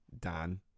dan